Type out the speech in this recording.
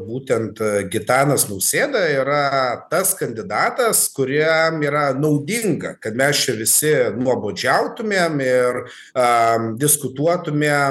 būtent gitanas nausėda yra tas kandidatas kuriam yra naudinga kad mes čia visi nuobodžiautumėm ir a diskutuotume